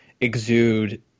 exude